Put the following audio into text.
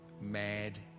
mad